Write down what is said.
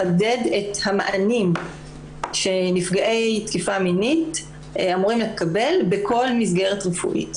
לחדד את המענים שנפגעי תקיפה מינית אמורים לקבל בכל מסגרת רפואית.